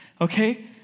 okay